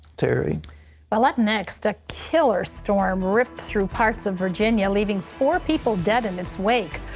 terry well, up next, a killer storm ripped through parts of virginia, leaving four people dead in its wake.